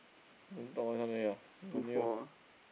don't talk okay continue